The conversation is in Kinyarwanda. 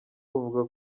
buvuga